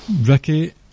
Ricky